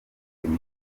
imico